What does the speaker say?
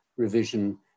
revision